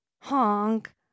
honk